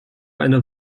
eine